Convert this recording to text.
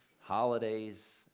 holidays